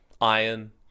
iron